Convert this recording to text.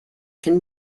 can